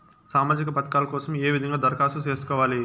సామాజిక పథకాల కోసం ఏ విధంగా దరఖాస్తు సేసుకోవాలి